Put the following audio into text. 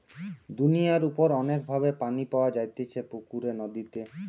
দুনিয়ার উপর অনেক ভাবে পানি পাওয়া যাইতেছে পুকুরে, নদীতে